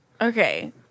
Okay